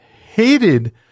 hated